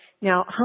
Now